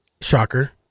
Shocker